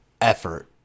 Effort